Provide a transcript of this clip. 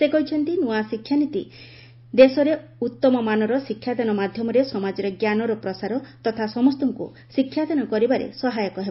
ସେ କହିଛନ୍ତି ନୂଆ ଶିକ୍ଷାନୀତି ଦେଶରେ ଉତ୍ତମମାନର ଶିକ୍ଷାଦାନ ମାଧ୍ୟମରେ ସମାଜରେ ଜ୍ଞାନର ପ୍ରସାର ତଥା ସମସ୍ତଙ୍କୁ ଶିକ୍ଷାଦାନ କରିବାରେ ସହାୟକ ହେବ